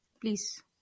Please